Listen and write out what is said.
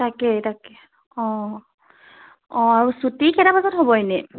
তাকেই তাকে অঁ অঁ আৰু ছুটী কেইটা বজাত হ'ব এনেই